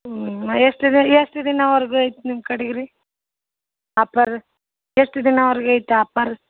ಹ್ಞೂ ಎಷ್ಟಿದೆ ಎಷ್ಟು ದಿನದವರ್ಗೆ ಐತೆ ನಿಮ್ಮ ಕಡೆಗ್ ರೀ ಆಪರ್ ಎಷ್ಟು ದಿನವರ್ಗೆ ಐತೆ ಆಪರ್